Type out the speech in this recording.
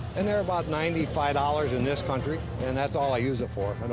and they're about ninety five dollars in this country, and that's all i use it for.